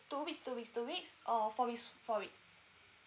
two weeks two weeks two weeks or four weeks four weeks